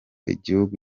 igihugu